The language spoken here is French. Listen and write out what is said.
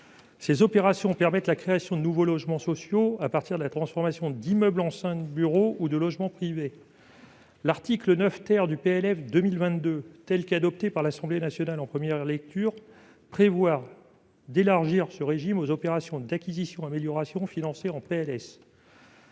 Ces opérations permettent la création de nouveaux logements sociaux à partir de la transformation d'immeubles anciens de bureaux ou de logements privés. L'article 9 du PLF pour 2022, tel qu'il a été adopté par l'Assemblée nationale en première lecture, prévoit d'élargir ce régime aux opérations d'acquisition-amélioration financées par